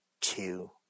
two